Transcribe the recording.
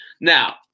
Now